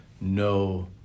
no